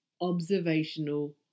observational